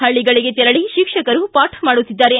ಪಳ್ಳಿಗಳಿಗೆ ತೆರಳಿ ಶಿಕ್ಷಕರು ಪಾಠ ಮಾಡುತ್ತಿದ್ದಾರೆ